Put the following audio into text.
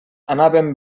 anàvem